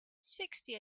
sixty